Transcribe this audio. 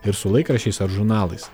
ir su laikraščiais ar žurnalais